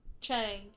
Chang